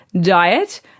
diet